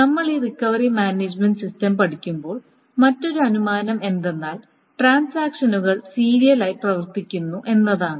നമ്മൾ ഈ recovery management system പഠിക്കുമ്പോൾ മറ്റൊരു അനുമാനം എന്തെന്നാൽ ട്രാൻസാക്ഷനുകൾ സീരിയലായി പ്രവർത്തിക്കുന്നു എന്നതാണ്